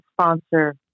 sponsor